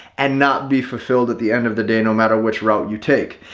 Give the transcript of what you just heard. and not be fulfilled at the end of the day, no matter which route you take.